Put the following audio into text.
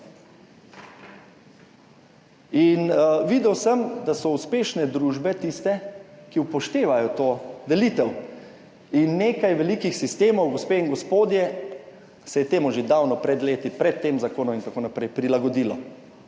In videl sem, da so uspešne družbe tiste, ki upoštevajo to delitev in nekaj velikih sistemov, gospe in gospodje, se je temu že davno pred leti, pred tem zakonom itn. prilagodilo.